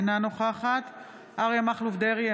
אינה נוכחת אריה מכלוף דרעי,